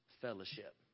fellowship